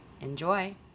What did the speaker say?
Enjoy